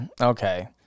Okay